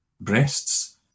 breasts